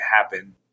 happen